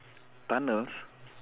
tunnels